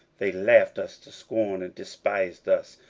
they laughed us to scorn, and despised us,